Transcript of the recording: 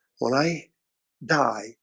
when i die,